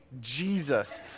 Jesus